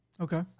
Okay